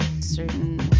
certain